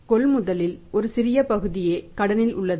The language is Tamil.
கொள்முதலில் ஒரு சிறிய பகுதியே கடனில் உள்ளது